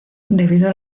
debido